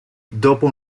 dopo